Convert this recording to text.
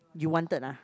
you wanted ah